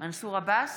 מנסור עבאס,